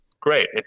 great